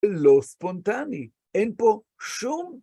לא ספונטני, אין פה שום.